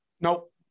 Nope